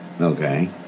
Okay